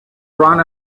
ran